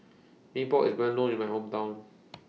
Mee Pok IS Well known in My Hometown